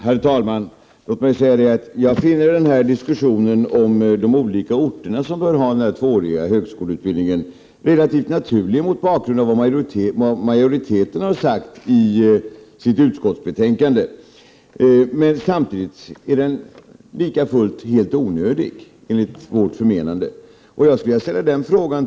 Prot. 1988/89:120 Herr talman! Jag finner diskussionen rörande vilka orter som bör ha den — 24 maj 1989 tvååriga högskoleutbildningen relativt naturlig mot bakgrund av vad majori Anslag tilluibildn: teten har sagt i utskottsbetänkandet. Men diskussionen är likafullt helt + KOEA SEINE id ä ; i = så förtekniska yrken onödig enligt moderata samlingspartiets förmenande.